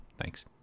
Thanks